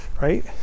right